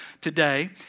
today